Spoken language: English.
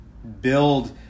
build